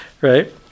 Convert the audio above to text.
right